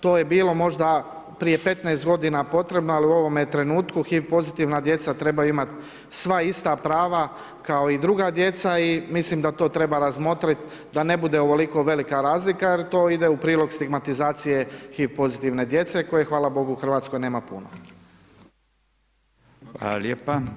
To je bilo možda prije 15 godina potrebno, ali u ovome trenutku HIV pozitivna djeca trebaju imati sva ista prava kao i druga djeca i mislim da to treba razmotriti da ne bude ovoliko velika razlika jer to ide u prilog stigmatizacije HIV pozitivne djece koje hvala bogu u RH nema puno.